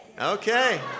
Okay